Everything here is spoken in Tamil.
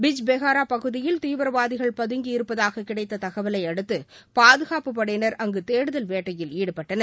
பிஜ்பெஹாரா பகுதியில் தீவிரவாதிகள் பதங்கியிருப்பதாக கிடைத்த தகவலையடுத்து பாதுகாப்புப்படையினர் அங்கு தேடுதல் வேட்டையில் ஈடுபட்டனர்